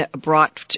brought